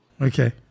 Okay